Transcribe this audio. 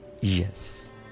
Yes